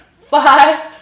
Five